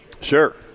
Sure